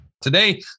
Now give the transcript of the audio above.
Today